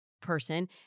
person